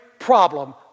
Problem